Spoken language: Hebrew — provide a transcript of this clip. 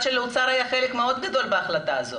שלאוצר היה חלק מאוד גדול בהחלטה הזאת,